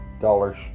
dollars